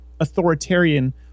authoritarian